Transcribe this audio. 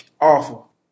awful